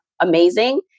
amazing